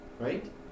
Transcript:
Right